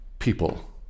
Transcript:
people